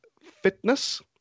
fitness